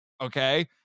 Okay